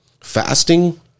fasting